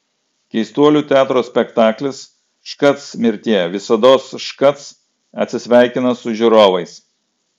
keistuolių teatro spektaklis škac mirtie visados škac atsisveikina su žiūrovais